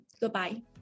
Goodbye